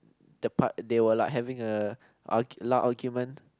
the part they were like having a ar~ loud argument